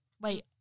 Wait